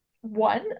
one